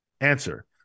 Answer